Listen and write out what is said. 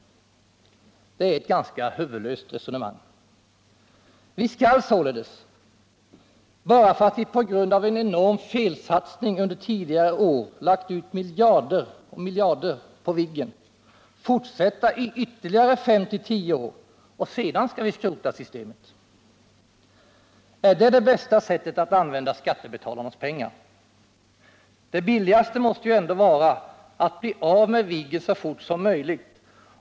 Det är ett ganska huvudlöst resonemang. Vi skall således, bara för att vi på grund av en enorm felsatsning under tidigare år har lagt ut miljarder på Viggen, fortsätta med detta i ytterligare 5-10 år, och sedan skall vi skrota systemet. Är det det bästa sättet att använda skattebetalarnas pengar? Det billigaste måste ändå vara att bli av med Viggen så fort som möjligt.